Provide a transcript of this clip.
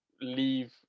leave